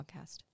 Podcast